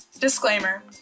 Disclaimer